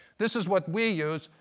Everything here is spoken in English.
this is what we use,